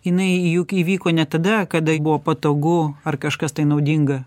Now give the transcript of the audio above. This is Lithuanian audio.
jinai juk įvyko ne tada kada buvo patogu ar kažkas tai naudinga